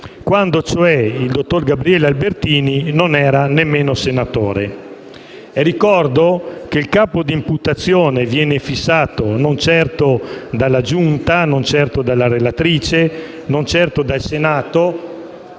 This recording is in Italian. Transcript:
quando cioè il dottor Gabriele Albertini non era nemmeno senatore. Ricordo che il capo di imputazione viene fissato non certo dalla Giunta o dalla relatrice e non certo dal Senato.